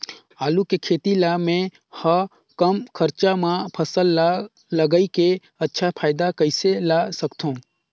आलू के खेती ला मै ह कम खरचा मा फसल ला लगई के अच्छा फायदा कइसे ला सकथव?